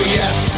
yes